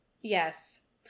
Yes